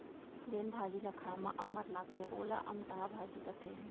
जेन भाजी ल खाए म अम्मठ लागथे वोला अमटहा भाजी कथें